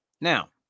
Now